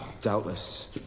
Doubtless